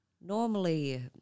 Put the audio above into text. Normally